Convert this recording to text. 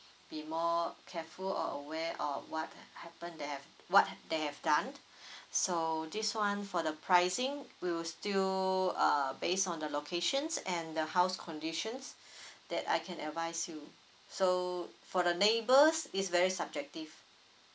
be more careful or aware of what happen that have what they have done so this one for the pricing we'll still uh based on the locations and the house conditions that I can advise you so for the neighbours is very subjective